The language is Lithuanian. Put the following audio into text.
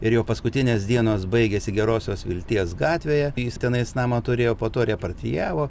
ir jo paskutinės dienos baigėsi gerosios vilties gatvėje jis tenais namą turėjo po to repatrijavo